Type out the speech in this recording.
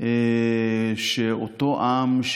לכך שאותו עם,